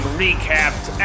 recapped